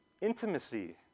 intimacy